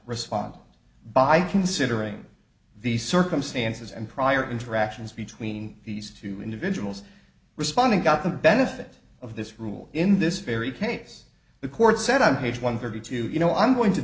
respond by considering the circumstances and prior interactions between these two individuals responding got the benefit of this rule in this very case the court said i'm page one thirty two you know i'm going to